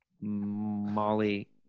Molly